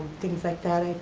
things like that.